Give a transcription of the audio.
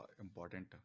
important